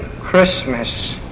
Christmas